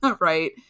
right